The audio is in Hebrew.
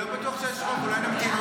יש הצבעה שמית.